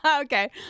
Okay